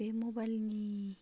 बे मबाइलनि